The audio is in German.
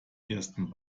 ersten